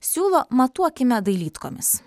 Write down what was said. siūlo matuokime dailydkomis